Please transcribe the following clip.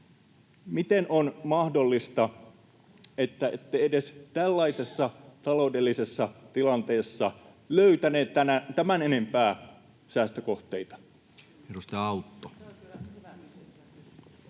miten on mahdollista, että ette edes tällaisessa taloudellisessa tilanteessa löytäneet tämän enempää säästökohteita?